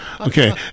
Okay